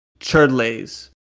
Churdlays